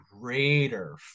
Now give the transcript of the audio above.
greater